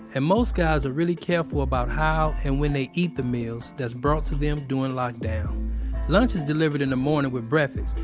and most guys are really careful about how and when they eat the meals that's brought to them during lockdown lunch is delivered in the morning with breakfast,